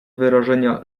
wyrażenia